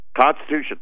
Constitution